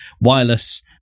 wireless